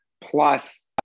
plus